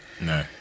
No